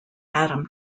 adam